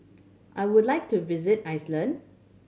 I would like to visit Iceland